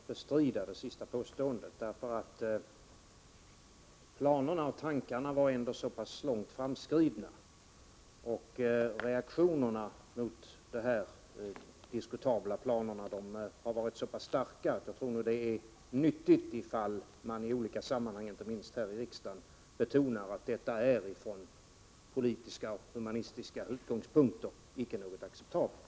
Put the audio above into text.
Herr talman! Jag vill i någon mån bestrida det sista påståendet. Planerna var ändå så pass långt framskridna och reaktionerna mot dessa diskutabla planer så pass starka att jag tror det är nyttigt ifall man i olika sammanhang, inte minst här i riksdagen, betonar att detta från politiska och humanistiska utgångspunkter icke är acceptabelt.